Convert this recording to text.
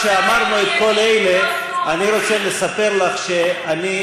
מי כמוך צריך לדעת שאין סימטריה בין ימין פאשיסטי לשמאל בוגדני.